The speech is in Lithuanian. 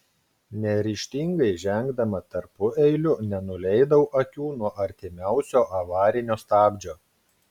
neryžtingai žengdama tarpueiliu nenuleidau akių nuo artimiausio avarinio stabdžio